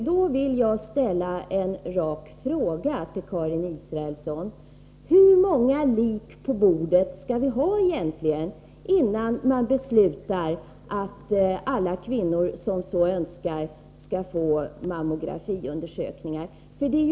Då vill jag ställa en rak fråga till Karin Israelsson: Hur många lik på bordet skall vi ha, innan vi beslutar att alla kvinnor som så önskar skall få mammografiundersökningar?